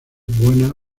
buena